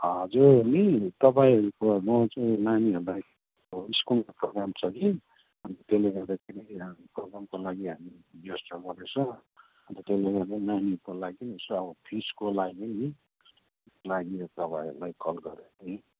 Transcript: हजुर नि तपाईँहरूको लन्च नानीहरूलाई स्कुलको प्रोग्राम छ कि अन्त त्यसले गर्दाखेरि हाम्रो प्रोग्रामको लागि हामी व्यवस्था गर्दैछौँ अन्त त्यसले गर्दा नानीहरूको लागि यसो अब फिसको लागि नि लागि तपाईँहरूलाई कल गरेको नि